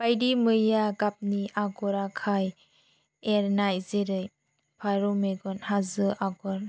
बायदि मैया गाबनि आगर आखाय एरनाय जेरै फारौ मेगन हाजो आगर